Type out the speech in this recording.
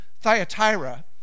Thyatira